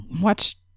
Watch